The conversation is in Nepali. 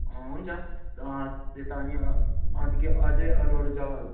हुन्छ त्यो त नि अरू त के अझै अरू अरू जग्गाहरू